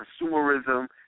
Consumerism